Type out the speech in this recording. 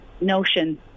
notion